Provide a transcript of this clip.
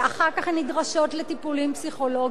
אחר כך הן נדרשות לטיפולים פסיכולוגיים,